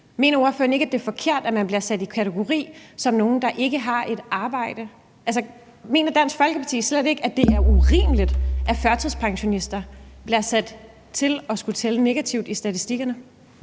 Mener ordføreren ikke, at det er forkert, at man bliver kategoriseret som nogle, der ikke har et arbejde? Mener Dansk Folkeparti slet ikke, at det er urimeligt, at man lader førtidspensionister tælle negativt i statistikkerne?